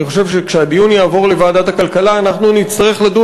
אני חושב שכשהדיון יעבור לוועדת הכלכלה אנחנו נצטרך לדון